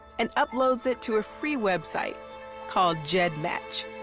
and uploads it to a free website called gedmatch.